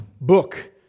book